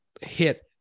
hit